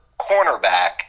cornerback